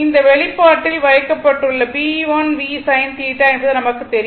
இந்த வெளிப்பாட்டில் வைக்கப்பட்டுள்ள Bl v sin θ என்பது நமக்கு தெரியும்